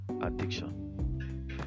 addiction